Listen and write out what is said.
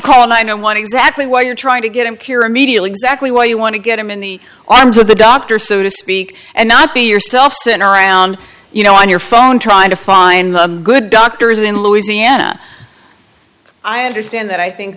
call nine one exactly why you're trying to get him cure immediately exactly why you want to get him in the arms of the doctor so to speak and not be yourself around you know on your phone trying to find the good doctors in louisiana i understand that i think